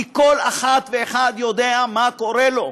כי כל אחת ואחד יודע מה קורה לו.